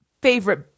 favorite